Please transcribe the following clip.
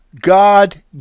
God